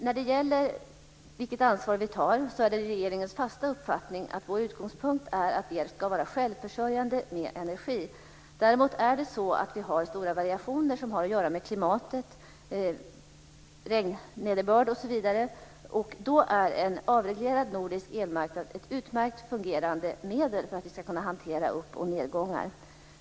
När det gäller vilket ansvar vi ska ta är det regeringens fasta uppfattning att vår utgångspunkt är att vi ska vara självförsörjande med energi. Däremot finns det stora variationer som beror på klimatet, nederbörd osv. Då är en avreglerad nordisk elmarknad ett utmärkt fungerande medel för att hantera upp och nedgångar.